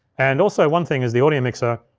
and also one thing is the audio mixer,